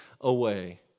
away